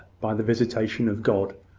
by the visitation of god,